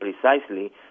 precisely